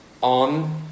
on